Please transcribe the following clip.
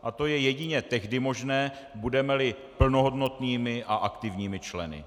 A to je jedině tehdy možné, budemeli plnohodnotnými a aktivními členy.